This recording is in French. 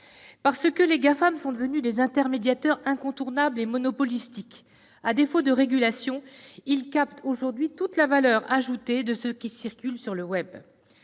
Parce qu'ils sont devenus des « intermédiateurs » incontournables et monopolistiques, à défaut de régulation, les GAFAM captent aujourd'hui toute la valeur ajoutée de ce qui circule sur le web.